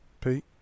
Pete